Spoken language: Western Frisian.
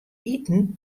iten